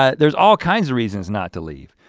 ah there's all kinds of reasons not to leave.